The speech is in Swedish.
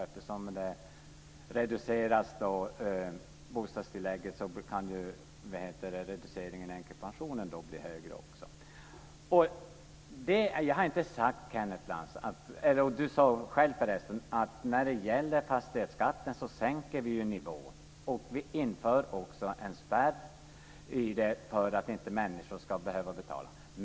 Eftersom bostadstillägget reduceras kan reduceringen av änkepensionen också bli större. Kenneth Lantz sade själv att vi sänker nivån på fastighetsskatten. Och vi inför också en spärr för att människor inte ska behöva betala så mycket.